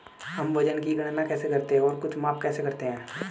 हम वजन की गणना कैसे करते हैं और कुछ माप कैसे करते हैं?